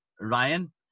Ryan